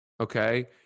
okay